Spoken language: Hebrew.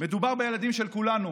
מדובר בילדים של כולנו,